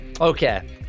Okay